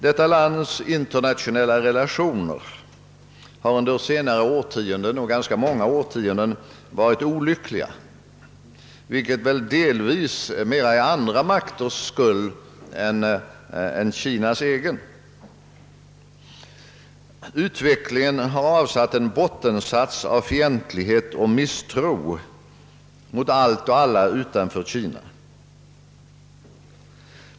Detta lands internationella relationer har under senare årtionden — för Öövrigt under ganska många årtionden — varit olyckliga, vilket delvis mer är andra makters skuld än Kinas egen. Utvecklingen har avsatt en bottensats av fientlighet och misstro mot allt och alla utanför Kina.